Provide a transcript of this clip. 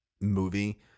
movie